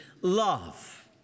love